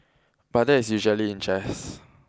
but that is usually in jest